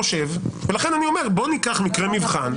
לכן אני אומר: ניקח מקרי מבחן,